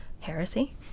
heresy